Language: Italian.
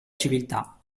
civiltà